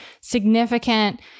significant